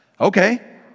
Okay